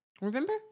Remember